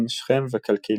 בהן שכם וקלקיליה.